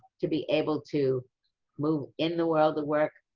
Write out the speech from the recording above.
to be able to move in the world of work,